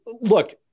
Look